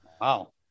Wow